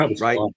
Right